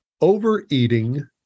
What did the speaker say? overeating